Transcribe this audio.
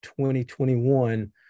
2021